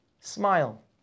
smile